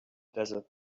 desert